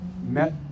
met